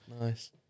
nice